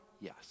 yes